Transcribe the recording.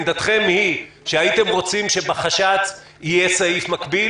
עמדתכם היא שהייתם רוצים שבחש"צ יהיה סעיף מקביל,